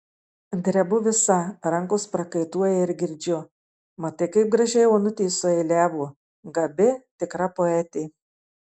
drebu visa rankos prakaituoja ir girdžiu matai kaip gražiai onutė sueiliavo gabi tikra poetė